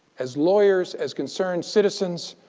as lawyers, as concerned citizens,